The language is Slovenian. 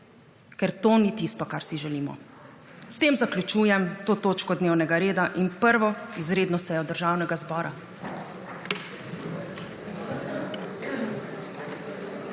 ker to ni tisto, kar si želimo. S tem zaključujem to točko dnevnega reda in 1. izredno sejo Državnega zbora.